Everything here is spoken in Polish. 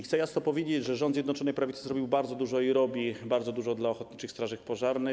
Chcę jasno powiedzieć, że rząd Zjednoczonej Prawicy zrobił bardzo dużo i robi bardzo dużo dla ochotniczych straży pożarnych.